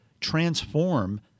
transform